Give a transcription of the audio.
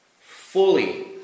fully